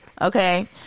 okay